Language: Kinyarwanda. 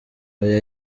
oya